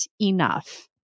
enough